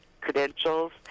credentials